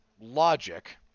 logic